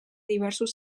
diversos